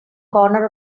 corner